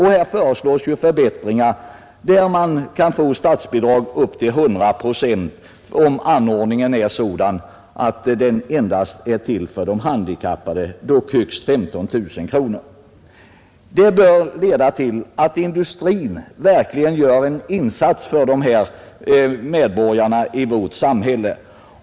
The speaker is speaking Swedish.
Här föreslås förbättringar som innebär att statsbidrag kan utgå med upp till 100 procent om anordningen är sådan att den endast är till för de handikappade, dock högst 15 000 kronor. Det bör leda till att industrin verkligen gör en insats för dessa medborgare i vårt samhälle.